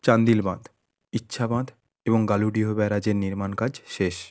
চান্দিল বাঁধ ইচ্ছা বাঁধ এবং গালুডিহ ব্যারাজের নির্মাণ কাজ শেষ